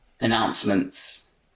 announcements